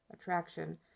attraction